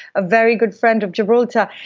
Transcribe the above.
a very good friend of gibraltar,